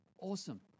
awesome